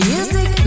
Music